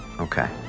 Okay